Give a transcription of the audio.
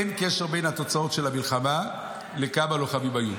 אין קשר בין התוצאות של המלחמה לכמה לוחמים היו.